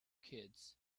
kids